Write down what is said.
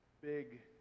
big